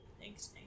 thanks